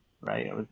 right